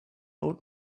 old